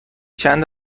چند